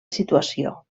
situació